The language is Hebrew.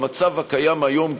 במצב הקיים היום,